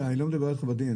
אני לא מדבר אתך על הדין.